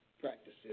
practices